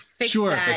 Sure